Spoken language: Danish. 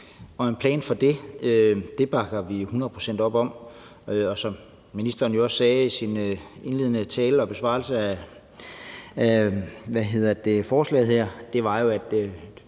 en plan for det bakker vi hundrede procent op om. Og som ministeren jo også sagde i sin indledende tale og besvarelse af forslaget, sidder vi sådan